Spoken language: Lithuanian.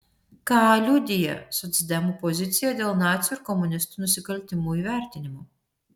ką liudija socdemų pozicija dėl nacių ir komunistų nusikaltimų įvertinimo